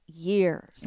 Years